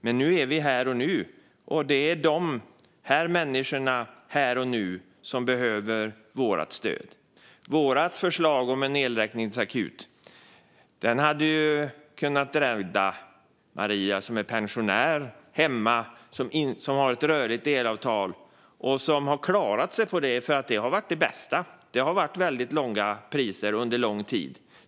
Men det är här och nu som de här människorna behöver stöd. Vårt förslag om en elräkningsakut hade kunnat rädda Maria, som är pensionär och har ett rörligt elavtal. Hon har klarat sig på det, eftersom det under lång tid har varit det bästa, med låga priser.